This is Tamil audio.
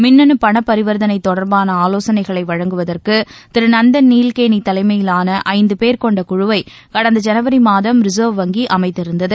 மின்னனு பணபரிவர்த்தனை தொடர்பான ஆவோசனைகளை வழங்குவதற்கு திரு நந்தன் நீல்கேனி தலைமையிலான ஐந்து பேர் கொண்ட குழுவை கடந்த ஜனவரி மாதம் ரிசர்வ் வங்கி அமைத்திருந்தது